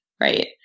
right